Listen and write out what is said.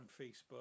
Facebook